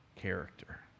character